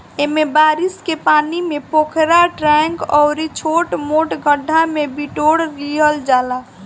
एमे बारिश के पानी के पोखरा, टैंक अउरी छोट मोट गढ्ढा में बिटोर लिहल जाला